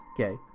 okay